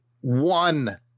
one